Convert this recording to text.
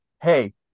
hey